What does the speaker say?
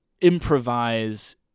improvise